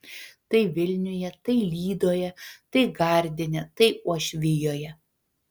tai vilniuje tai lydoje tai gardine tai uošvijoje